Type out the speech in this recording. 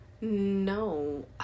no